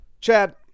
Chad